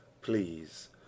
please